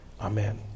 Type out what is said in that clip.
Amen